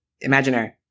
imaginary